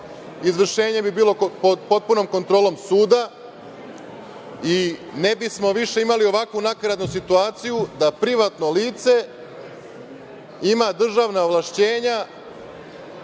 izvršenje bi bilo pod potpunom kontrolom suda i ne bismo više imali ovakvu nakaradnu situaciju da privatno lice ima državna ovlašćenja,